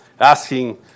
asking